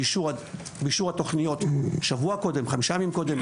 באישור התכניות, שבוע קודם, חמישה ימים קודם,